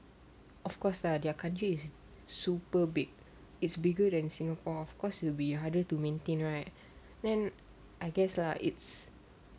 of course lah their country is super big it's bigger than singapore of course it will be harder to maintain right then I guess lah it's